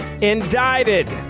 indicted